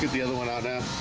the other one and